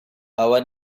our